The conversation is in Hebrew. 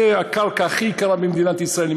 זו הקרקע הכי יקרה במדינת ישראל.